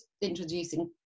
introducing